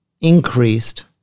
increased